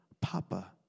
Papa